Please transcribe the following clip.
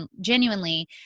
genuinely